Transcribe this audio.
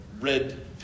Red